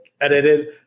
edited